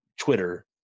Twitter